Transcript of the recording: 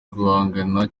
guhangana